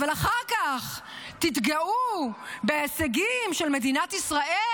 אבל אחר כך תתגאו בהישגים של מדינת ישראל